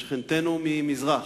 ששכנתנו ממזרח,